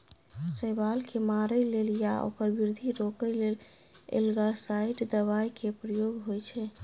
शैबाल केँ मारय लेल या ओकर बृद्धि रोकय लेल एल्गासाइड दबाइ केर प्रयोग होइ छै